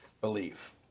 believe